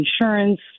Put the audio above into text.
insurance